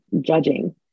judging